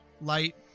light